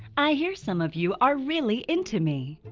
i hear some of you are really into me,